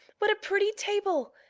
what a pretty table!